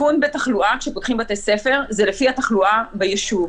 הסיכון בתחלואה כשפותחים בתי ספר זה לפי התחלואה ביישוב.